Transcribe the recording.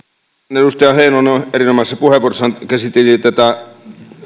kun edustaja heinonen erinomaisessa puheenvuorossaan käsitteli tätä